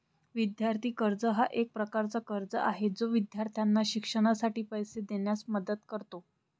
विद्यार्थी कर्ज हा एक प्रकारचा कर्ज आहे जो विद्यार्थ्यांना शिक्षणासाठी पैसे देण्यास मदत करतो